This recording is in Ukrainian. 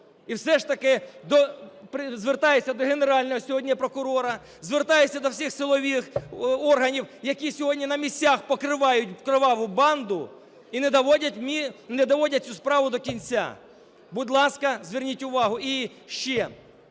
І все ж таки звертаюся до Генерального сьогодні прокурора, звертаюся до всіх силових органів, які сьогодні на місцях покривають криваву банду і не доводять цю справу до кінця. Будь ласка, зверніть увагу. І ще